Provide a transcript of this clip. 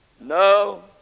no